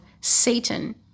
Satan